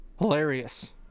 Hilarious